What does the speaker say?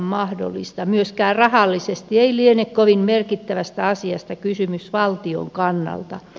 myöskään rahallisesti ei liene kovin merkittävästä asiasta kysymys valtion kannalta